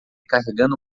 carregando